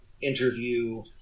interview